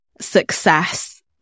success